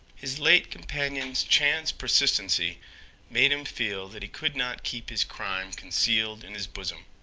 his late companion's chance persistency made him feel that he could not keep his crime concealed in his bosom.